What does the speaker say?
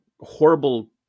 horrible